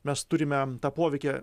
mes turime tą poveikį